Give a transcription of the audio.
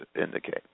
indicate